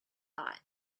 thought